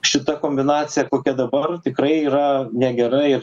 šita kombinacija kokia dabar tikrai yra negera ir